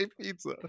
pizza